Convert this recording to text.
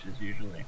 usually